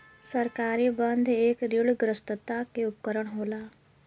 सरकारी बन्ध एक ऋणग्रस्तता के उपकरण होला